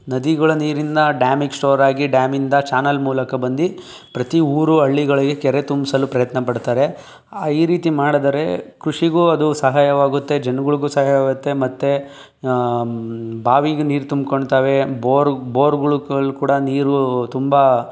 ನದಿಗಳ ನೀರನ್ನ ಡ್ಯಾಮಿಗೆ ಸ್ಟೋರಾಗಿ ಡ್ಯಾಮಿಂದ ಚಾನಲ್ ಮೂಲಕ ಬಂದು ಪ್ರತಿ ಊರು ಹಳ್ಳಿಗಳಿಗೆ ಕೆರೆ ತುಂಬಿಸಲು ಪ್ರಯತ್ನಪಡ್ತಾರೆ ಈ ರೀತಿ ಮಾಡಿದರೆ ಕೃಷಿಗೂ ಅದು ಸಹಾಯವಾಗುತ್ತೆ ಜನ್ಗಳ್ಗೂ ಸಹಾಯವಾಗುತ್ತೆ ಮತ್ತು ಬಾವಿಗೆ ನೀರು ತುಂಬ್ಕೊಳ್ತಾವೆ ಬೋರ್ ಬೋರ್ಗಳ್ಗೆ ಕೂಡ ನೀರು ತುಂಬ